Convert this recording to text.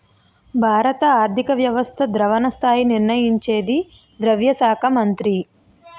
భారత ఆర్థిక వ్యవస్థ ద్రవణ స్థాయి నిర్ణయించేది ద్రవ్య శాఖ మంత్రి